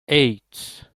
eight